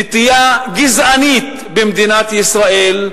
נטייה גזענית במדינת ישראל,